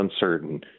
uncertain